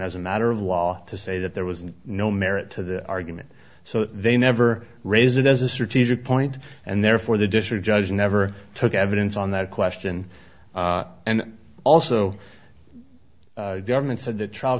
as a matter of law to say that there was no merit to the argument so they never raise it as a strategic point and therefore the district judge never took evidence on that question and also government said the trial